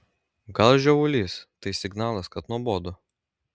gal žiovulys tai signalas kad nuobodu